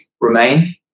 remain